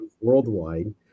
worldwide